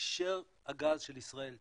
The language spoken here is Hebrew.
בהקשר הגז של ישראל טועים?